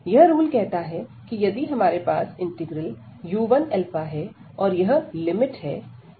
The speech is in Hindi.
यह रूल कहता है कि यदि हमारे पास इंटीग्रल u1 है और यह लिमिट हैं